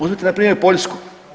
Uzmite npr. Poljsku.